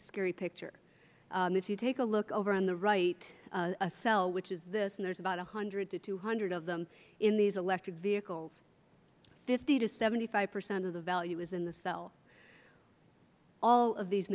scary picture if you take a look over in the right a cell which is this and there is about one hundred to two hundred of them in these electric vehicles fifty to seventy five percent of the value is in the cell all of these